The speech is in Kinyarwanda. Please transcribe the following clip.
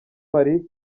marie